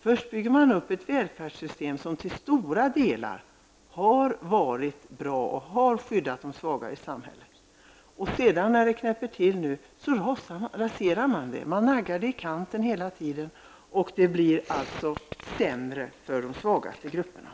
Först bygger man upp ett välfärdssystem, som till stora delar har varit bra och skyddat det svaga i samhället, och sedan raserar man det. Man naggar det i kanten hela tiden, och det blir allt sämre för de svagaste grupperna.